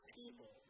people